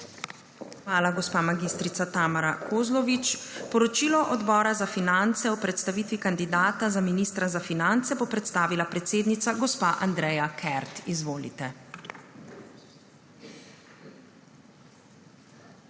Hvala, gospa mag. Tamara Kozlovič. Poročilo Odbora za finance o predstavitvi kandidata za ministra za finance bo predstavila predsednica gospa Andreja Kert. Izvolite.